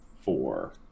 four